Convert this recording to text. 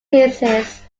cases